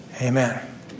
amen